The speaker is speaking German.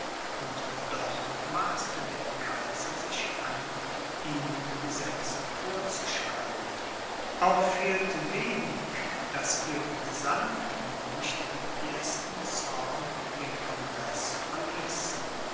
und doch maßte der kaiser sich an ihnen gesetze vorzuschreiben auch fehlte wenig daß ihre gesandten nicht im ersten zorn den congreß verließen